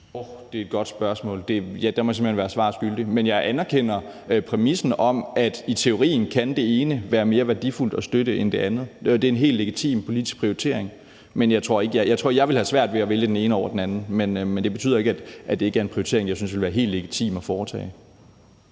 (DF): Det er et godt spørgsmål. Der må jeg simpelt hen være spørgeren svar skyldig. Men jeg anerkender præmissen om, at i teorien kan det ene være mere værdifuldt at støtte end det andet. Det er en helt legitim politisk prioritering. Men jeg tror, jeg ville have svært ved at vælge det ene over det andet. Men det betyder ikke, at det ikke er en prioritering, jeg synes ville være helt legitim at foretage.